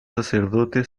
sacerdote